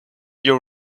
you